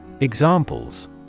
Examples